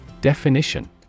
Definition